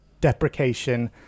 deprecation